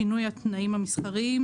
שינוי התנאים המסחריים,